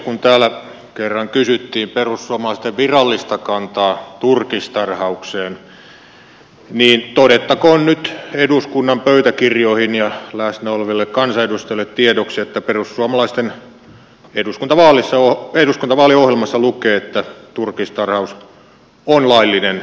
kun täällä kerran kysyttiin perussuomalaisten virallista kantaa turkistarhaukseen niin todettakoon nyt eduskunnan pöytäkirjoihin ja läsnä oleville kansanedustajille tiedoksi että perussuomalaisten eduskuntavaaliohjelmassa lukee että turkistarhaus on laillinen elinkeino